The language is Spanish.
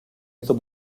hizo